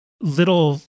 little